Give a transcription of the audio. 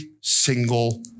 single